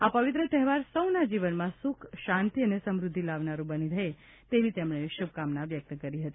આ પવિત્ર તહેવાર સૌના જીવનમાં સુખ શાંતિ અને સમૃદ્ધિ લાવનારૃં બની રહે તેવી તેમણે શુભકામના વ્યક્ત કરી હતી